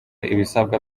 ibisabwa